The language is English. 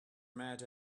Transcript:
mad